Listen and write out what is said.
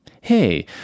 Hey